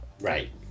Right